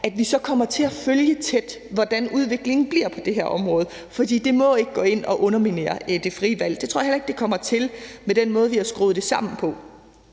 kommer vi til at følge tæt, hvordan udviklingen bliver på det her område, for det må ikke gå ind og underminere det frie valg. Det tror jeg heller ikke at det kommer til med den måde, vi har skruet det sammen på.